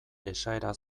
esaera